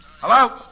Hello